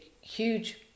huge